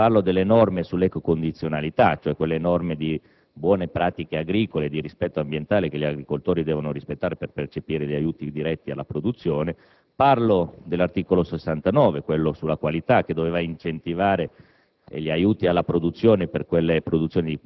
seriamente applicate in Italia. Parlo delle norme sull'ecocondizionalità (ossia delle norme di buone pratiche agricole, di rispetto ambientale) che gli agricoltori devono rispettare per percepire gli aiuti diretti alla produzione; mi riferisco all'articolo 69 (riguardante la qualità), che doveva incentivare